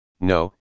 No